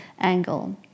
angle